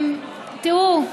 תראו,